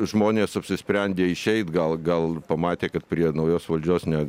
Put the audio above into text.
žmonės apsisprendė išeit gal gal pamatė kad prie naujos valdžios ne